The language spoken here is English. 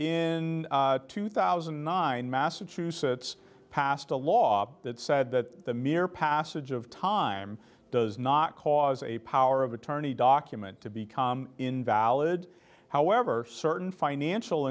n two thousand and nine massachusetts passed a law that said that the mere passage of time does not cause a power of attorney document to become invalid however certain financial